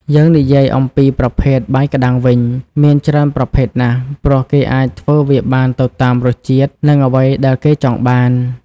យើងនិយាយអំពីប្រភេទ បាយក្ដាំងវិញ មានច្រើនប្រភេទណាស់ ព្រោះគេអាចធ្វើវាបានទៅតាមរសជាតិនិងអ្វីដែលគេចង់បាន ។